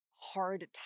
hard